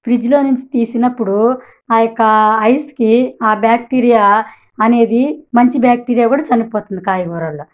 ఫ్రిడ్జ్లో నుంచి తీసినప్పుడు ఆయొక్క ఐస్కి ఆ బ్యాక్టీరియా అనేది మంచి బ్యాక్టీరియా కూడా చనిపోతుంది కాయగూరల్లో